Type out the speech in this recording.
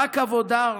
רק עבודה,